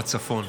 בצפון.